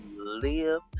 live